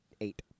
eight